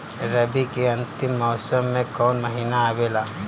रवी के अंतिम मौसम में कौन महीना आवेला?